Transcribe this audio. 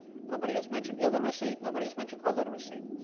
nobody has mentioned illiteracy, nobody has mentioned alliteracy.